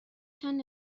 چند